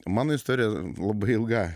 mano istorija labai ilga